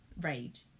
Rage